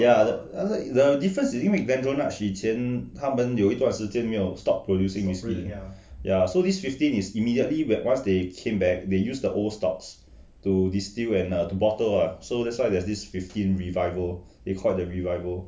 ya the~ the difference is 因为 Glendronach 以前他们有一段时间没有:yiqian ta men you yi duan shi jian mei you stopped producing whisky ya so this fifteen is immediately where once they came back they use the old stocks to distill and err to bottle what so that's why there's this fifteen revival they call it the revival